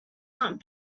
not